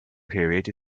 period